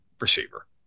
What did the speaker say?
receiver